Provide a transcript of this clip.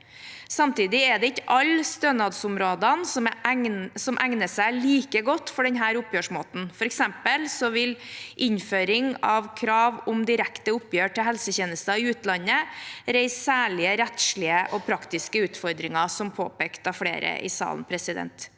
Samtidig er det ikke alle stønadsområder som egner seg like godt for denne oppgjørsmåten. For eksempel vil innføring av krav om direkte oppgjør for helsetjenester i utlandet reise særlige rettslige og praktiske utfordringer, som påpekt av flere i salen.